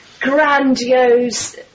Grandiose